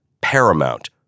Paramount